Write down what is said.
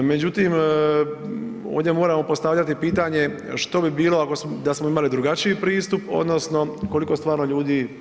Međutim, ovdje moramo postavljati pitanje, što bi bilo da smo imali drugačiji pristup, odnosno koliko stvarno ljudi…